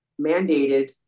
mandated